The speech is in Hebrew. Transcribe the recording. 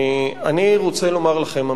אני רוצה לומר לכם,